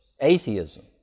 atheism